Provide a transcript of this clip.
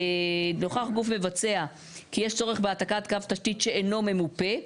נוכח גוף מבצע כי יש צורך בהעתקת קו תשתית שאינו ממופה,